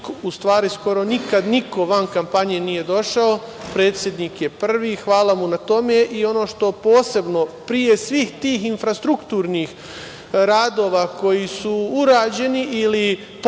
u stvari skoro nikad niko van kampanje nije došao, predsednik je prvi. Hvala mu na tome. Ono što je posebno, pre svih tih infrastrukturnih radova koji su urađeni ili potpisani